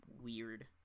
weird